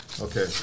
Okay